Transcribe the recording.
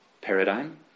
paradigm